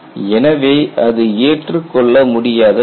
எனவே அது ஏற்றுக்கொள்ள முடியாத பகுதி